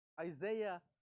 Isaiah